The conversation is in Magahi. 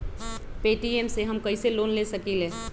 पे.टी.एम से हम कईसे लोन ले सकीले?